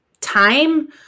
time